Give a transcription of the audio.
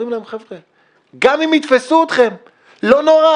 אומרים להם: חבר'ה, גם אם יתפסו אתכם לא נורא,